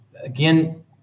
Again